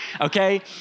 okay